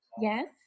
yes